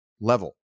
level